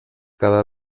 cada